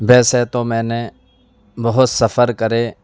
ویسے تو میں نے بہت سفر کرے